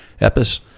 Epis